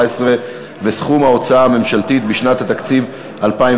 וסכום ההוצאה הממשלתית בשנת התקציב 2013),